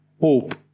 hope